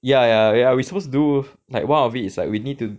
ya ya ah we supposed to do like one of it is like we need to